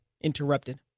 interrupted